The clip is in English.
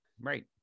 Right